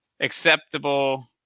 Acceptable